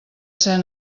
ser